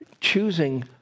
choosing